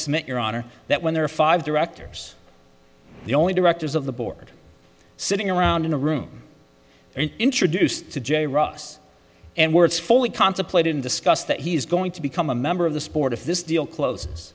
submit your honor that when there are five directors the only directors of the board sitting around in a room and introduced to j ross and words fully contemplated and discussed that he is going to become a member of the sport if this deal close